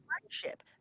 friendship